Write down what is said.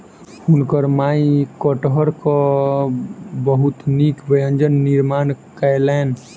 हुनकर माई कटहरक बहुत नीक व्यंजन निर्माण कयलैन